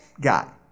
guy